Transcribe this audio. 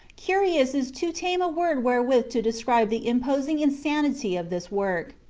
curious is too tame a word wherewith to describe the imposing insanity of this work.